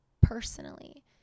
personally